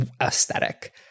aesthetic